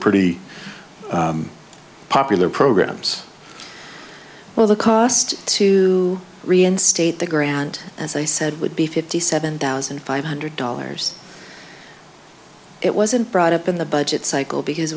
pretty popular programs well the cost to reinstate the grant as i said would be fifty seven thousand five hundred dollars it wasn't brought up in the budget cycle because